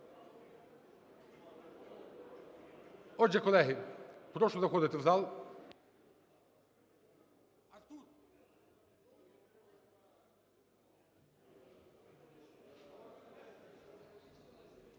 Отже, колеги, прошу заходити в зал.